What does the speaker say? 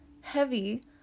heavy